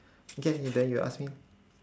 okay y~ then you ask me